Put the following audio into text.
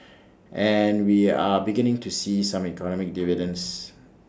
and we are beginning to see some economic dividends